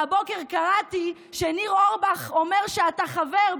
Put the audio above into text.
והבוקר קראתי שניר אורבך אומר שאתה חבר,